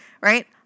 right